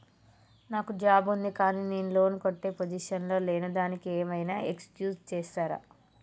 నాకు జాబ్ ఉంది కానీ నేను లోన్ కట్టే పొజిషన్ లా లేను దానికి ఏం ఐనా ఎక్స్క్యూజ్ చేస్తరా?